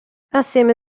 assieme